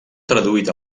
traduït